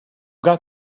got